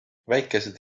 väikesed